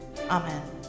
Amen